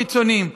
הקיצוניים.